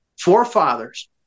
forefathers